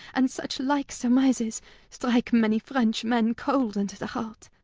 and such like surmises strike many french men cold unto the heart.